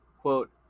quote